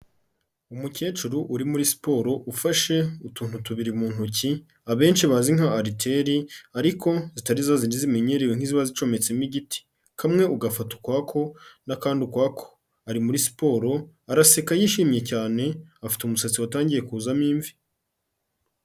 Umukecuru uri muri siporo ufashe utuntu tubiri mu ntoki abenshi bazi nk'ariteri ariko zitari za z'indi zimenyerewe nk'iziba zicometsemo igiti, kamwe ugafata ukwako n'akandi ukwako, ari muri siporo araseka yishimye cyane, afite umusatsi watangiye kuzamo imvi.